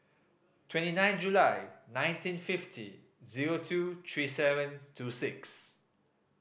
twenty nine July nineteen fifty zero two three seven two six